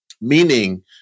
meaning